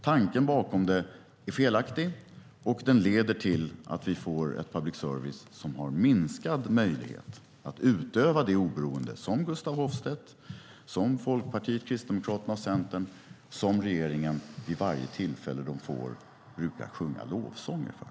Tanken bakom det är felaktig, och den leder till att vi får ett public service som har minskad möjlighet att utöva det oberoende som Gustaf Hoffstedt, Folkpartiet, Kristdemokraterna, Centern och regeringen vid varje tillfälle de får brukar sjunga lovsånger till.